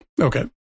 Okay